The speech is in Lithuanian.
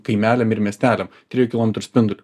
kaimeliam ir miesteliam trijų kilometrų spinduliu